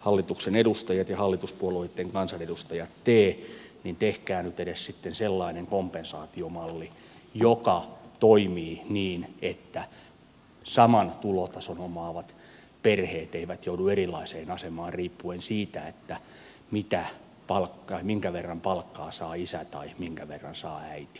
hallituksen edustajat ja hallituspuolueitten kansanedustajat tee niin tehkää nyt edes sitten sellainen kompensaatiomalli joka toimii niin että saman tulotason omaavat perheet eivät joudu erilaiseen asemaan riippuen siitä minkä verran palkkaa saa isä tai minkä verran saa äiti